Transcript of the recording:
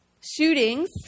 Shootings